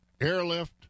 Airlift